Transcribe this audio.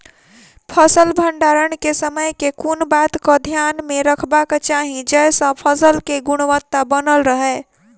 फसल भण्डारण केँ समय केँ कुन बात कऽ ध्यान मे रखबाक चाहि जयसँ फसल केँ गुणवता बनल रहै?